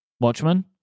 Watchmen